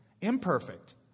imperfect